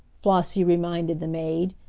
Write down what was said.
flossie reminded the maid.